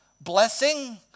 blessing